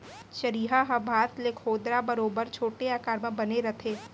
चरिहा ह बांस ले खोदरा बरोबर छोटे आकार म बने रथे